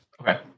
Okay